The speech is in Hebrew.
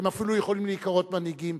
שהם אפילו יכולים להיקרא מנהיגים,